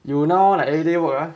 you now like everyday work ah